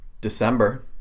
December